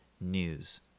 news